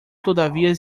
todavía